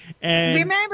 Remember